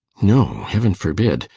no heaven forbid!